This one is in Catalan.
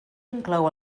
inclou